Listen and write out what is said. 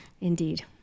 indeed